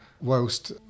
whilst